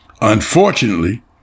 Unfortunately